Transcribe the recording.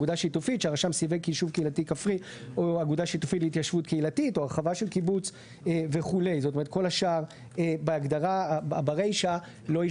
של המקומיים, וביחד מבצעים בהתיישבות גם